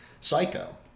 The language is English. Psycho